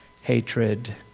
hatred